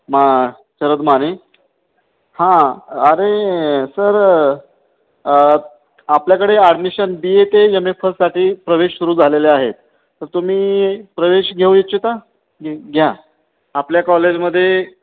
मा शरद माने हां अरे सर आपल्याकडे ॲडमिशन बी ए ते यम ए फससाठी प्रवेश सुरू झालेले आहेत तर तुम्ही प्रवेश घेऊ इच्छिता घ्या आपल्या कॉलेजमध्ये